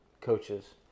coaches